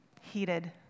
heated